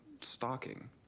stalking